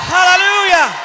Hallelujah